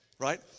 Right